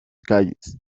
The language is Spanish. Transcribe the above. calles